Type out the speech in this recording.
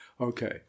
Okay